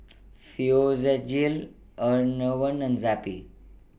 Physiogel Enervon and Zappy